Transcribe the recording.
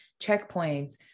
checkpoints